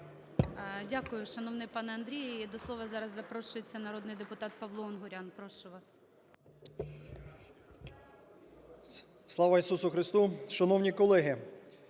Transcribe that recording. Дякую, шановний пане Андрію. До слова зараз запрошується народний депутат Павло Унгурян. Прошу вас. 10:19:56 УНГУРЯН П.Я. Слава Ісусу Христу! Шановні колеги,